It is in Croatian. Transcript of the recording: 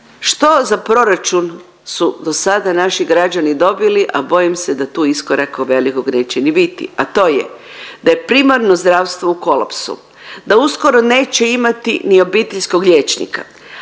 Što za proračun su dosada naši građani dobili, a bojim se da tu iskoraka velikog neće ni biti, a to je da je primarno zdravstvo u kolapsu, da uskoro neće imati ni obiteljskog liječnika,